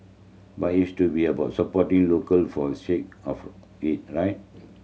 but to be about supporting local for of it right